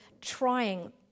trying